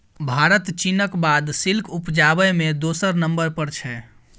भारत चीनक बाद सिल्क उपजाबै मे दोसर नंबर पर छै